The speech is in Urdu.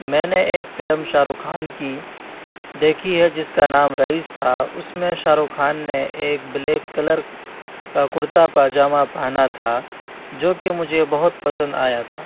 میں نے ایک فلم شاہ رخ خان کی دیکھی ہے جس کا نام رئیس تھا اس میں شاہ رخ خان نے ایک بلیک کلر کا کرتا پاجامہ پہنا تھا جوکہ مجھے بہت پسند آیا تھا